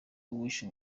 wishe